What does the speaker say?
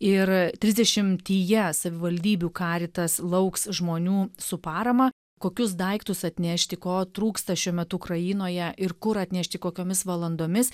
ir trisdešimtyje savivaldybių karitas lauks žmonių su parama kokius daiktus atnešti ko trūksta šiuo metu ukrainoje ir kur atnešti kokiomis valandomis